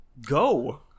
Go